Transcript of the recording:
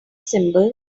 symbol